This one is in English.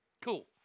Cool